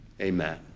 Amen